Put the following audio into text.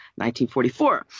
1944